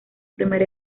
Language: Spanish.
primer